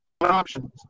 options